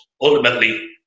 ultimately